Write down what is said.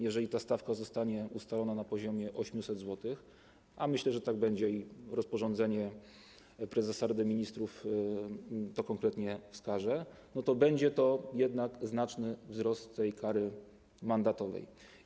Jeżeli ta stawka zostanie ustalona na poziomie 800 zł, a myślę, że tak będzie i rozporządzenie prezesa Rady Ministrów to konkretnie wskaże, to będzie to jednak znaczny wzrost tej kary mandatowej.